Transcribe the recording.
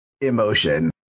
emotion